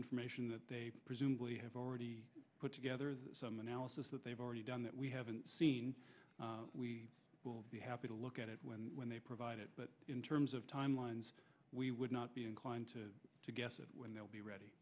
information that they presumably have already put together some analysis that they've already done that we haven't seen we will be happy to look at it when when they provide it but in terms of timelines we would not be inclined to to guess that when they will be